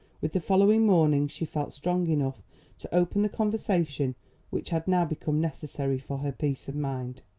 with the following morning she felt strong enough to open the conversation which had now become necessary for her peace of mind.